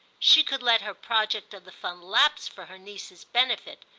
she could let her project of the fund lapse for her niece's benefit,